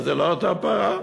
זו לא אותה פרה,